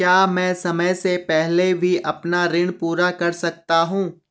क्या मैं समय से पहले भी अपना ऋण पूरा कर सकता हूँ?